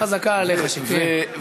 חזקה עליך שכן.